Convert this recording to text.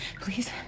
please